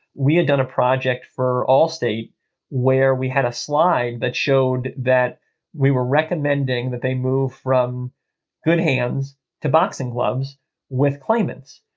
we had done a project for all states where we had a slide that showed that we were recommending that they move from good hands to boxing gloves with claimants,